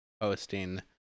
posting